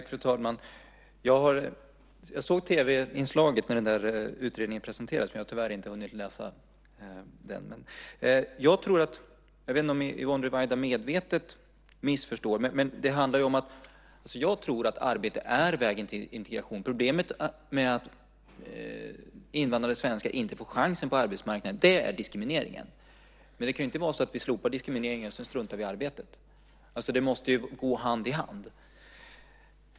Fru talman! Jag såg tv-inslaget när utredningen som det hänvisades till presenterades, men jag har tyvärr inte hunnit läsa rapporten. Jag vet inte om Yvonne Ruwaida medvetet missförstår mig, men jag tror att arbete är vägen till integration. Att invandrade svenskar inte får chansen på arbetsmarknaden är själva diskrimineringen. Det kan ju inte vara så att vi slopar diskrimineringen och sedan struntar i arbetet. De båda måste gå hand i hand.